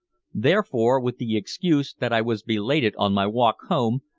therefore, with the excuse that i was belated on my walk home,